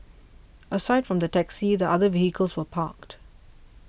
aside from the taxi the other vehicles were parked